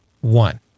one